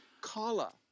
Kala